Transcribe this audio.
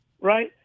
Right